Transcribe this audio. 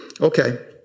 Okay